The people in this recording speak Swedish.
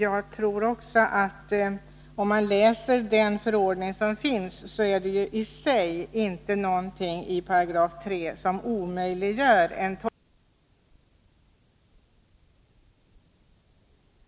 Läser man den lotteriförordning som finns, kan man konstatera att det i 3 § inte finns något som omöjliggör en sådan tolkning att man skulle kunna tillåta FN-föreningarna att få lotteritillstånd. Lotterinämndens uppfattning kan väl därför snarare anses vara just en annan tolkning.